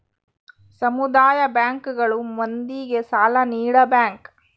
ಸಮುದಾಯ ಬ್ಯಾಂಕ್ ಗಳು ಮಂದಿಗೆ ಸಾಲ ನೀಡ ಬ್ಯಾಂಕ್